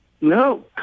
No